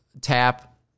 tap